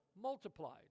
Multiplied